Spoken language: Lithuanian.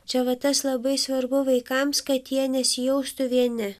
čia va tas labai svarbu vaikams kad jie nesijaustų vieni